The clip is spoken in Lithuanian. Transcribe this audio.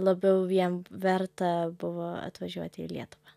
labiau vien verta buvo atvažiuoti į lietuvą